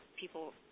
People